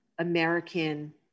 American